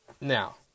Now